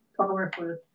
powerful